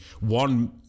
one